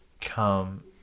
come